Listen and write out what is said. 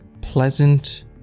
pleasant